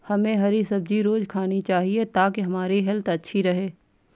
हमे हरी सब्जी रोज़ खानी चाहिए ताकि हमारी हेल्थ अच्छी रहे